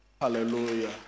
Hallelujah